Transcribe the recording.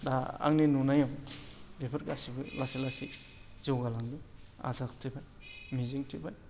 दा आंनि नुनायाव बेफोर गासैबो लासै लासै जौगालांगोन आसा खाथिबाय मिजिं थिबाय